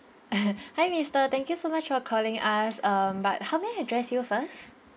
hi mister thank you so much for calling us um but how may I address you first